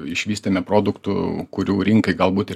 išvystėme produktų kurių rinkai galbūt ir